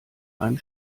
einem